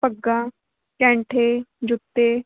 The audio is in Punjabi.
ਪੱਗਾਂ ਕੈਂਠੇ ਜੁੱਤੇ